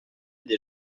des